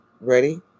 Ready